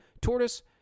tortoise